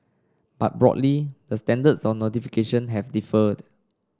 but broadly the standards on notification have differed